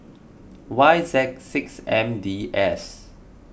Y Z six M D S